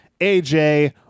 AJ